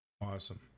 Awesome